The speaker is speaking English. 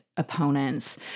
opponents